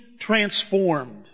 transformed